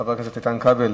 חבר הכנסת איתן כבל,